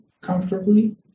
comfortably